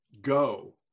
go